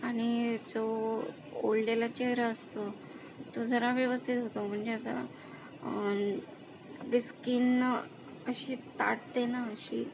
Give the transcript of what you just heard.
आणि जो ओढलेला चेहरा असतो तो जरा व्यवस्थित होतो म्हणजे असं आपली स्किन अशी ताठते ना अशी